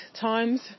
times